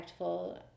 impactful